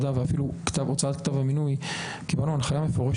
ובמידה ורוצים נועה,